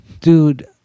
Dude